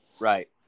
Right